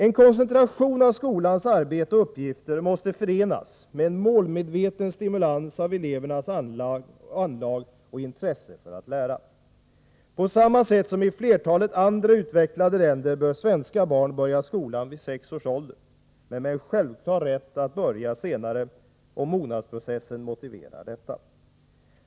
En koncentration av skolans arbete och uppgifter måste förenas med en målmedveten stimulans av elevernas anlag och intresse för att lära. På samma sätt som i flertalet andra utvecklade länder bör svenska barn börja skolan vid sex års ålder, men med en självklar rätt att börja senare om mognadsprocessen motiverar detta.